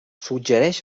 suggereix